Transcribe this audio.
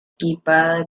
equipada